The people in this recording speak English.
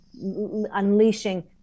unleashing